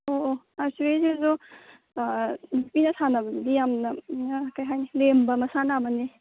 ꯑꯣ ꯑꯣ ꯑꯥꯔꯆꯔꯤꯁꯤꯁꯨ ꯅꯨꯄꯤꯅ ꯁꯥꯟꯅꯕꯗꯤ ꯌꯥꯝꯅ ꯀꯔꯤ ꯍꯥꯏꯅꯤ ꯂꯦꯝꯕ ꯃꯁꯥꯟꯅ ꯑꯃꯅꯤ